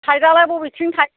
साइडआलाय बबेथिं थायो